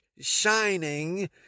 shining